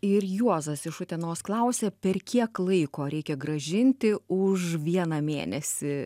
ir juozas iš utenos klausia per kiek laiko reikia grąžinti už vieną mėnesį